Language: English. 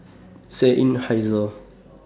Seinheiser